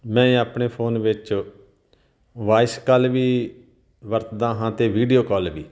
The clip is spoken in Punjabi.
ਮੈਂ ਆਪਣੇ ਫ਼ੋਨ ਵਿੱਚ ਵਾਇਸ ਕਾਲ ਵੀ ਵਰਤਦਾ ਹਾਂ ਅਤੇ ਵੀਡੀਓ ਕਾਲ ਵੀ